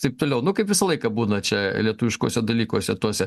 taip toliau nu kaip visą laiką būna čia lietuviškuose dalykuose tose